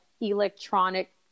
electronic